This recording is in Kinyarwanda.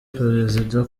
perezida